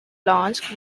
launch